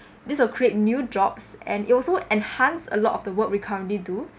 this will create new jobs and it also enhance a lot of the work we currently do